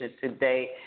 today